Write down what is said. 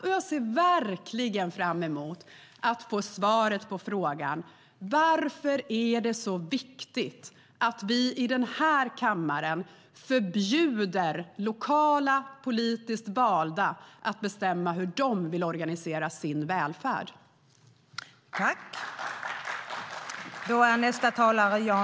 Och jag ser verkligen fram emot att få svar på varför det är viktigt att vi i den här kammaren förbjuder lokala politiskt valda att bestämma hur de vill organisera sin välfärd.I detta anförande instämde Catharina Bråkenhielm, Mikael Dahlqvist, Yasmine Larsson, Kristina Nilsson och Hans Hoff samt Jan Lindholm .